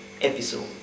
episode